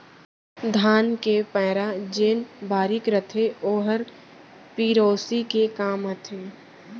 धान के पैरा जेन बारीक रथे ओहर पेरौसी के काम आथे